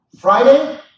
Friday